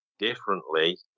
Differently